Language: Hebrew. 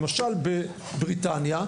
למשל בבריטניה,